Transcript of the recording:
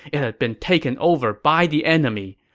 it had been taken over by the enemy.